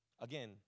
Again